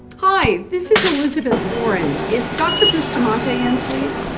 hi. this is elizabeth warren. is dr. bustamante in please?